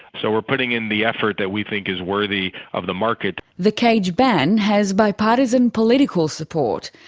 so we're putting in the effort that we think is worthy of the market. the cage ban has bipartisan political support,